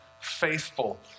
faithful